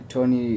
Tony